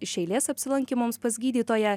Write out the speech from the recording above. iš eilės apsilankymams pas gydytoją